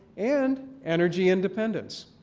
and energy independence.